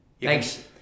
Thanks